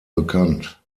bekannt